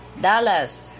Dallas